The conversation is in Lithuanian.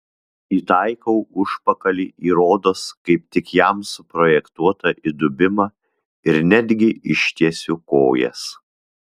įtaikau užpakalį į rodos kaip tik jam suprojektuotą įdubimą ir netgi ištiesiu kojas